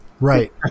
Right